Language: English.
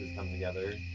come together,